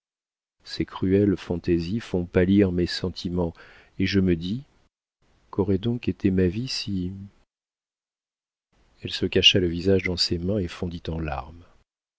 ces cruelles fantaisies font pâlir mes sentiments et je me dis qu'aurait donc été ma vie si elle se cacha le visage dans ses mains et fondit en larmes